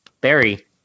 barry